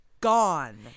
gone